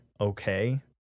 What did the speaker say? okay